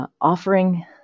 offering